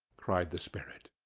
cried the spirit.